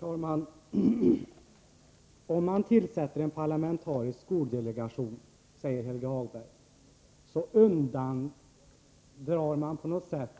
Herr talman! Om man tillsätter en parlamentarisk skoldelegation, säger Helge Hagberg, undandrar man på något sätt